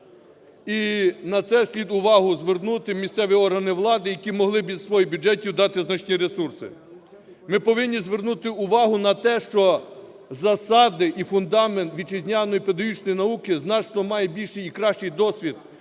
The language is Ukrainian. і на це слід увагу звернути місцевим органам влади, які могли б із своїх бюджетів дати значні ресурси. Ми повинні звернути увагу на те, що засади і фундамент вітчизняної педагогічної науки значно має більший і кращий досвід